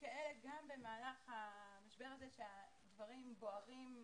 כאלה גם במהלך המשבר הזה כשהדברים בוערים.